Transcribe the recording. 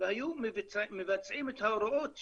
והיו מבצעים את ההוראות שלו.